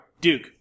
Duke